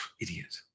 Idiot